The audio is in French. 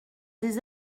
des